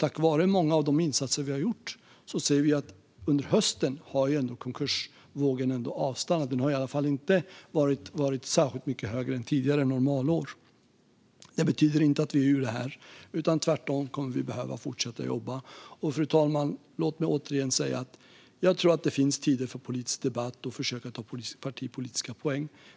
Tack vare många av de insatser som vi gjort har vi under hösten kunnat se att konkursvågen avstannat. Den har i varje fall inte varit särskilt mycket högre än tidigare normalår. Det betyder dock inte att vi har kommit ur det här. Tvärtom kommer vi att behöva fortsätta jobba. Fru talman! Låt mig återigen få säga att jag tror att det finns tider för politisk debatt och att försöka ta partipolitiska poäng.